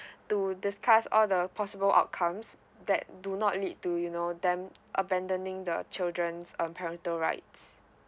to discuss all the possible outcomes that do not lead to you know them abandoning the children's um parental rights